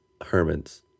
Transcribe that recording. Hermans